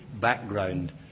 background